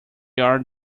are